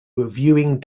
reviewing